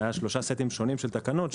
כלל שלושה סטים שונים של תקנות,